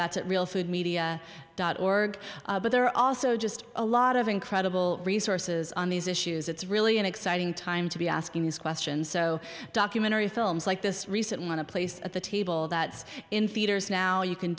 that's real food media dot org but there are also just a lot of incredible resources on these issues it's really an exciting time to be asking these questions so documentary films like this recent want to place at the table that's in theaters now you can